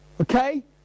Okay